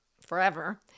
forever